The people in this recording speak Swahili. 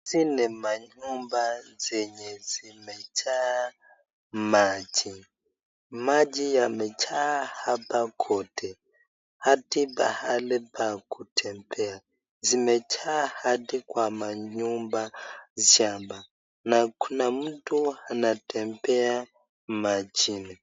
Hizi ni manyumba zenye zimejaa maji. Maji yamejaa hapa kote hadi pahali pa kutembea. Zimejaa hadi kwa manyumba shamba na kuna mtu anatembea majini.